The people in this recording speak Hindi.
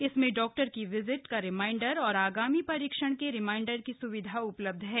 इसमें डॉक्टर की विजिट का रिमाइंडर आगामी परीक्षण के रिमांडर की स्विधा उपलब्ध है